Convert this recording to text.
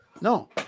No